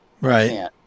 right